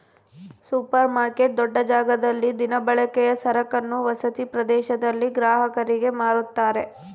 super market ದೊಡ್ಡ ಜಾಗದಲ್ಲಿ ದಿನಬಳಕೆಯ ಸರಕನ್ನು ವಸತಿ ಪ್ರದೇಶದಲ್ಲಿ ಗ್ರಾಹಕರಿಗೆ ಮಾರುತ್ತಾರೆ